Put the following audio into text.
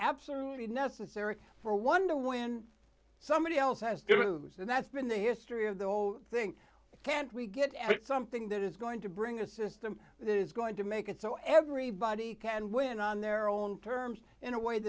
absolutely necessary for wonder when somebody else has and that's been the history of the whole thing can't we get at something that is going to bring a system that is going to make it so everybody can win on their own terms in a way